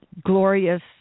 Glorious